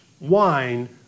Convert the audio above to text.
wine